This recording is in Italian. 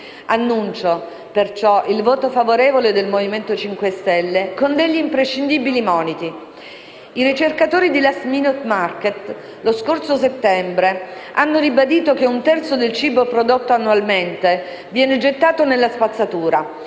Dichiaro, perciò, il voto favorevole del Movimento 5 Stelle con degli imprescindibili moniti. I ricercatori di Last Minute Market, lo scorso settembre, hanno ribadito che un terzo del cibo prodotto annualmente viene gettato nella spazzatura.